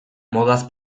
modaz